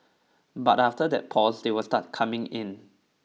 but after that pause they will start coming in